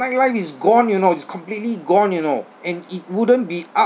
night life is gone you know it's completely gone you know and it wouldn't be up